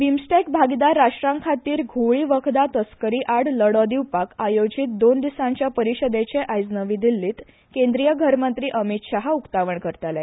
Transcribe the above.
बिमस्टेक भागीदार राष्ट्रां खातीर घुंवळी वखदां तस्करी आड लडो दिवपाक आयोजीत केल्ठया दोन दिसांच्या परिशदेचें आयज नवी दिल्लींत केंद्रीय घर मंत्री अमीत शाह उक्तावण करतले